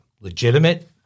Legitimate